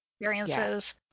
experiences